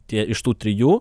tie iš tų trijų